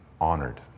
honored